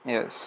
Yes